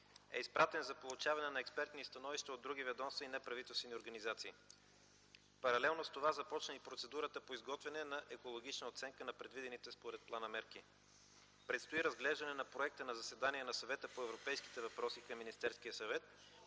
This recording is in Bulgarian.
е изпратен за получаване на експертни становища от други ведомства и неправителствени организации. Паралелно започна и процедурата по изготвяне на екологична оценка на предвидените според плана мерки. Предстои разглеждане на проекта на заседание на Съвета по европейските въпроси към Министерския съвет